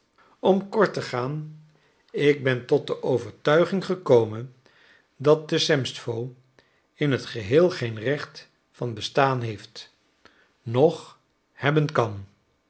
om kort te gaan ik ben tot de overtuiging gekomen dat de semstwo in het geheel geen recht van bestaan heeft noch hebben kan